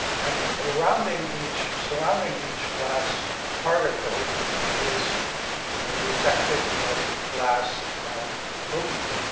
and surrounding each surrounding each glass particle is a eutectic of glass and aluminum.